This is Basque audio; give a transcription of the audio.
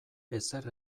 ezer